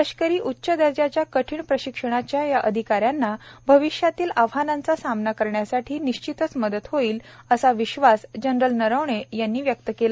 लष्करी उच्च दर्जाच्या कठीण प्रशिक्षणाचा या अधिकाऱ्यांना भविष्यातील आव्हानांचा समाना करण्यासाठी निश्चित मदत होईल असा विश्वास जनरल नरवणे यांनी यावेळी व्यक्त केला